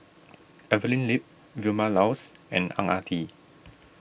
Evelyn Lip Vilma Laus and Ang Ah Tee